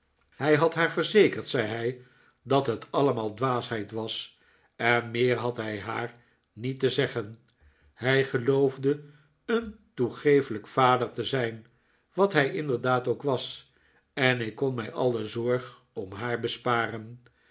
hij had haar verzekerd zei hij dat het allemaal dwaasheid was en meer had hij haar niet te zeggen hij geloofde een toegeeflijk vader te zijn wat hij inderdaad ook was en ik kon mij alle zorg om haar besparen